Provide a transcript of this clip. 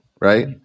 Right